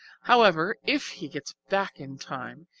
however, if he gets back in time,